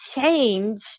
change